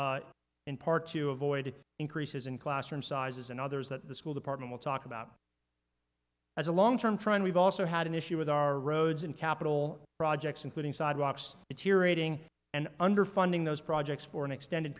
budget in part to avoid increases in classroom sizes and others that the school department will talk about as a long term trend we've also had an issue with our roads in capital projects including sidewalks it irritating and underfunding those projects for an extended